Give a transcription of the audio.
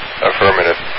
Affirmative